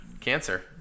Cancer